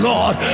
Lord